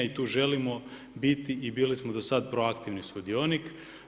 I tu želimo biti i bili smo do sad proaktivni sudionik.